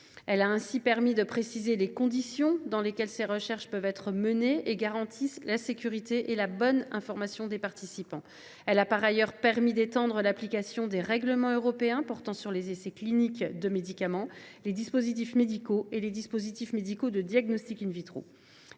Elle a ainsi permis de préciser les conditions dans lesquelles ces recherches peuvent être menées et garantissent la sécurité et la bonne information des participants. Elle a par ailleurs permis d’étendre l’application des règlements européens portant sur les essais cliniques de médicaments, les dispositifs médicaux et les dispositifs médicaux de diagnostic.